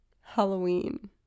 halloween